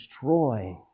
destroy